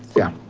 yeah.